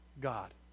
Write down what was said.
God